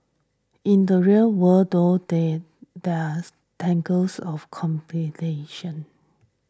in the real world though day there's tangles of complications